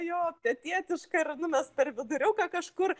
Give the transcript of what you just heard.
jo pietietiška ir nu mes per viduriuką kažkur